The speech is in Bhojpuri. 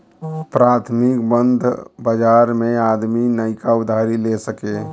प्राथमिक बंध बाजार मे आदमी नइका उधारी ले सके